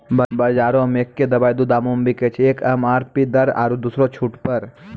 बजारो मे एक्कै दवाइ दू दामो मे बिकैय छै, एक एम.आर.पी दर आरु दोसरो छूट पर